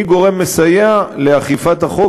היא גורם מסייע לאכיפת החוק,